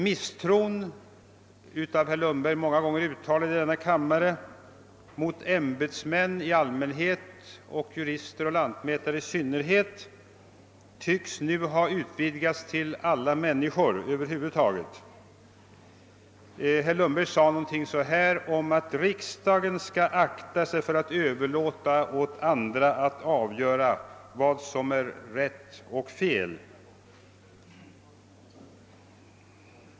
Misstron — av herr Lundberg många gånger uttalad i denna kammare — mot ämbetsmän i allmänhet och jurister och lantmätare i synnerhet tycks nu ha utvidgats till att gälla alla människor över huvud taget. Herr Lundberg sade ju någonting om att riksdagen skall akta sig för att överlåta åt andra att avgöra vad som är rätt och fel.